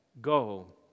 Go